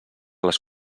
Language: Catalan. les